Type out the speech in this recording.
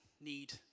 need